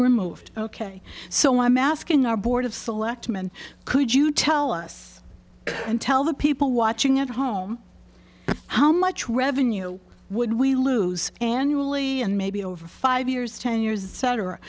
removed ok so i'm asking our board of selectmen could you tell us and tell the people watching at home how much revenue would we lose annually and maybe over five years ten years et